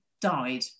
died